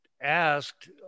asked